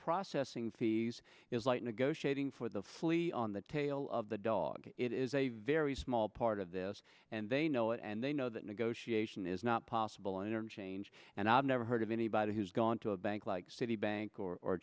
processing fees is like negotiating for the flea on the tail of the dog it is a very small part of this and they know it and they know that negotiation is not possible interchange and i've never heard of anybody who has gone to a bank like citibank or